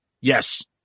Yes